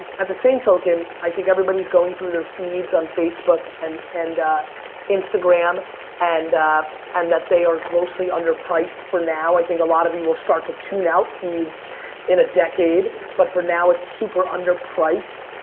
at the same token i think everybody's going through their feeds on facebook and ah and instagram and and that they are grossly underpriced for now. i think a lot of you will start to tune out feeds in a decade but for now it's super underpriced.